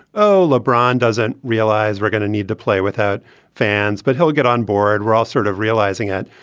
oh, lebron doesn't realize we're going to need to play without fans, but he'll get on board. we're all sort of realizing it.